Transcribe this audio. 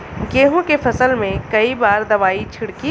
गेहूँ के फसल मे कई बार दवाई छिड़की?